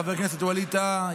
חבר הכנסת ווליד טאהא.